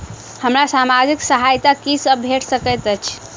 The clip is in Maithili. हमरा सामाजिक सहायता की सब भेट सकैत अछि?